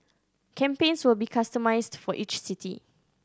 campaigns will be customised for each city